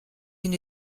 une